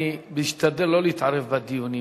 אני משתדל לא להתערב בדיונים,